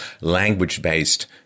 language-based